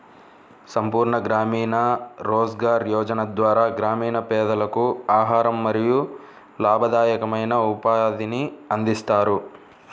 సంపూర్ణ గ్రామీణ రోజ్గార్ యోజన ద్వారా గ్రామీణ పేదలకు ఆహారం మరియు లాభదాయకమైన ఉపాధిని అందిస్తారు